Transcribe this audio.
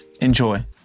Enjoy